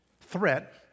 threat